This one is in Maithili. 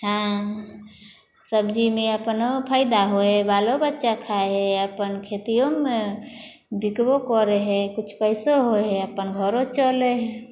हूँ सब्जीमे अपनो फायदा होइ हइ बालोबच्चा खाइ हइ अपन खेतियोमे बिकबो करे हइ किछु पैसो होइ हइ अपन घरो चलै हइ